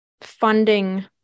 funding